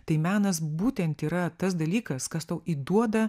tai menas būtent yra tas dalykas kas tau įduoda